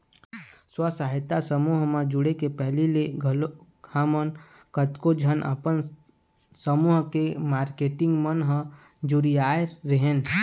स्व सहायता समूह म जुड़े के पहिली ले घलोक हमन कतको झन अपन समूह के मारकेटिंग मन ह जुरियाय रेहेंन